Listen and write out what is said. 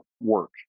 work